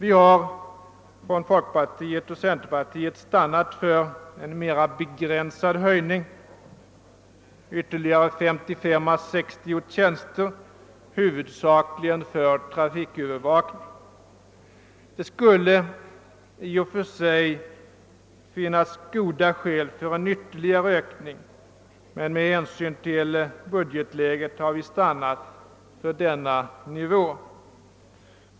Inom folkpartiet och centerpartiet har vi stannat för en mer begränsad höjning — ytterligare 55 å 60 tjänster huvudsakligen för trafikövervakning. Det skulle i och för sig finnas goda skäl för en ytterligare ökning, men med hänsyn till budgetläget har vi stannat vid denna nivå.